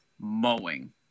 mowing